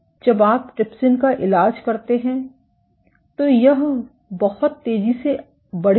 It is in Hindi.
जब आप ट्रिप्सिन का इलाज करते हैं तो यह बहुत तेज़ी से बढ़ेगा